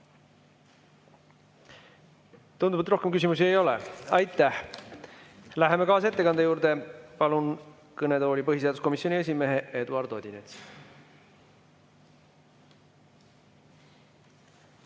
Tundub, et rohkem küsimusi ei ole. Aitäh! Läheme kaasettekande juurde. Palun kõnetooli põhiseaduskomisjoni esimehe Eduard Odinetsi.